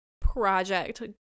project